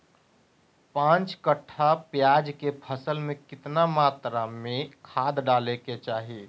पांच कट्ठा प्याज के फसल में कितना मात्रा में खाद डाले के चाही?